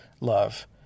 love